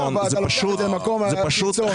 אתה לוקח את זה למקום קיצוני.